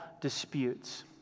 disputes